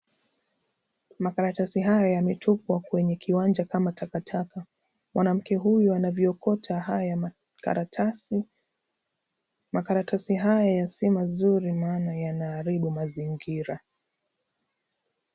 Makaratasi haya yametupwa kwenye kiwanja kama takataka. Mwanamke huyu anaviokota haya makaratasi. Makaratasi haya si mazuri maana yanaharibu mazingira